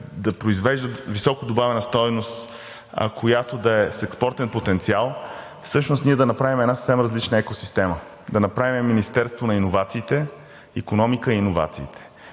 да произвеждат високо добавена стойност, която да е с експортен потенциал. Всъщност ние да направим една съвсем различна екосистема. Да направим Министерство на иновациите – икономика и иновациите.